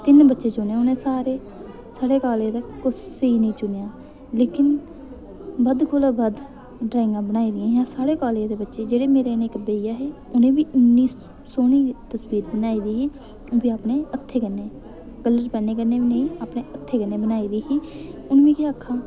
तिन्न बच्चे चुने उ'नें सारे साढ़े कालेज दे होर कुसै गी नेईं चुनेआ लेकिन बद्ध कोला बद्ध ड्राइंगां बनाई दियां हियां साढ़े कालेज दे बच्चें जेह्ड़े मेरे कन्नै इक बेइया हे उ'नें बी इन्नी सोह्नी तस्वीर बनाई दी ही ओह् बी अपने हत्थें कन्नै खाली पेन्ने कन्नै बी नेईं अपने हत्थें कन्नै बनाई दी ही हून में केह् आक्खां